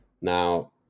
Now